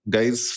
Guys